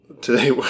today